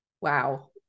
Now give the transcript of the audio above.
Wow